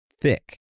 thick